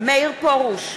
מאיר פרוש,